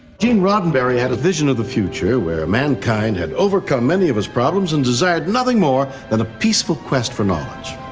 gene roddenberry had a vision of the future where mankind had overcome many of its problems and desired nothing more than a peaceful quest for knowledge.